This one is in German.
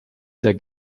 der